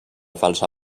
falsa